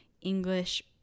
English